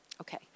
Okay